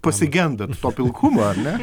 pasigendat to pilkumo ar ne